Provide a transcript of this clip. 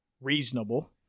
reasonable